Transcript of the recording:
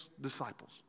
disciples